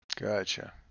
Gotcha